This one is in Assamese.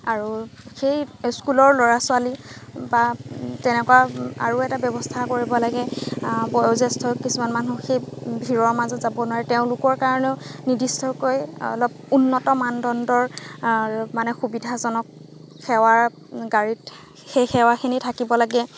আৰু সেই স্কুলৰ ল'ৰা ছোৱালী বা তেনেকুৱা আৰু এটা ব্যৱস্থা কৰিব লাগে বয়োজেষ্ঠ্য কিছুমান মানুহ সেই ভিৰৰ মাজত যাব নোৱাৰে তেওঁলোকৰ কাৰণেও নিৰ্দিষ্টকৈ অলপ উন্নত মানদণ্ডৰ মানে সুবিধাজনক সেৱাৰ গাড়ীত সেই সেৱাখিনি থাকিব লাগে